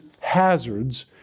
hazards